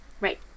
Right